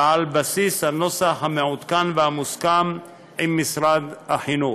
ועל בסיס הנוסח המעודכן והמוסכם עם משרד החינוך.